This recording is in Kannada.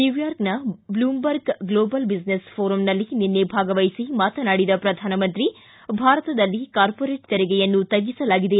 ನ್ಣೂಯಾರ್ಕ್ನ ಬ್ಲೂಮ್ಬರ್ಗ್ ಗ್ಲೋಬಲ್ ಬಿಸಿನೆಸ್ ಫೋರಂನಲ್ಲಿ ನಿನ್ನೆ ಭಾಗವಹಿಸಿ ಮಾತನಾಡಿದ ಪ್ರಧಾನಮಂತ್ರಿ ಭಾರತದಲ್ಲಿ ಕಾರ್ಮೋರೇಟ್ ತೆರಿಗೆಯನ್ನು ತಗ್ಗಿಸಲಾಗಿದೆ